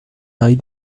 marie